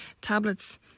tablets